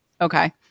okay